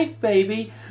baby